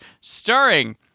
starring